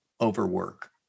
overwork